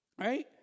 right